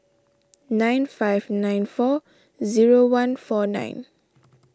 nine five nine four zero one four nine